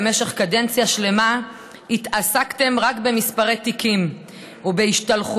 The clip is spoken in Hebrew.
במשך קדנציה שלמה התעסקתם רק במספרי התיקים ובהשתלחויות